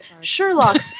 Sherlock